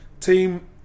team